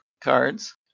cards